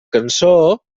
cançó